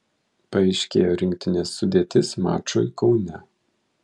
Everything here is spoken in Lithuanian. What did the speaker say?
paaiškėjo rinktinės sudėtis mačui kaune